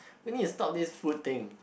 we need to stop this food thing